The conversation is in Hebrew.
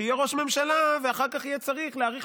כשיהיה ראש ממשלה ואחר כך יהיה צריך להאריך